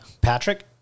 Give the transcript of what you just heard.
Patrick